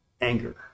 anger